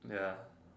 ya